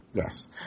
Yes